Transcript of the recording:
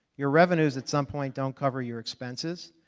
your revenues at some point don't cover your expenses.